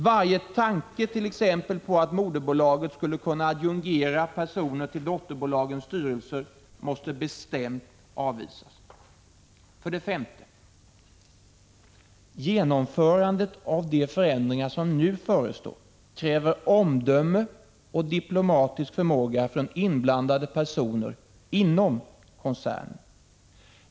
Varje tanke t.ex. på att moderbolaget skulle kunna adjungera personer till dotterbolagens styrelser måste bestämt avvisas. 5. Genomförandet av de förändringar som nu förestår kräver omdöme och diplomatisk förmåga från inblandade personer inom koncernen.